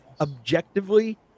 objectively